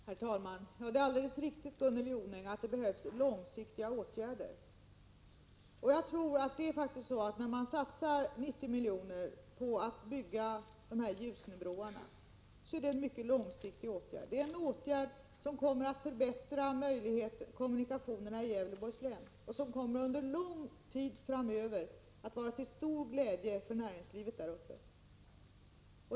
Herr talman! Det är alldeles riktigt, Gunnel Jonäng, att det behövs långsiktiga åtgärder. När man satsar 90 miljoner på att bygga dessa Ljusnebroar är det en mycket långsiktig åtgärd. Det är en åtgärd som kommer att förbättra kommunikationerna i Gävleborgs län och som under lång tid framöver kommer att vara till stor glädje för näringslivet däruppe.